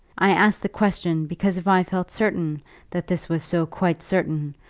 i ask the question because if i felt certain that this was so quite certain,